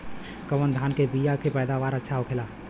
कवन धान के बीया के पैदावार अच्छा होखेला?